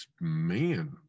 man